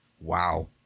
wow